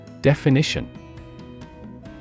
Definition